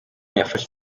yafashe